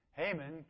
Haman